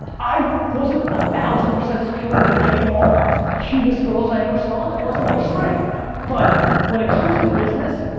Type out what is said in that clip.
i wasn't a one thousand percent secure in like getting all the cutest girls i ever saw and that wasn't my strength. yep. but when it comes to business,